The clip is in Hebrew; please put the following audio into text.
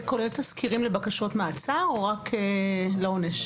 זה כולל תסקירים לבקשות מעצר או רק לעונש?